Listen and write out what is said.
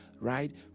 right